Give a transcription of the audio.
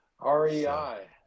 REI